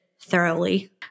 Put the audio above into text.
thoroughly